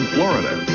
Florida